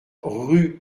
rue